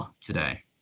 today